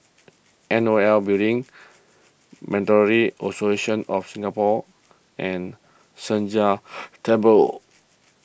N O L Building Monetary Authority of Singapore and Sheng Jia Temple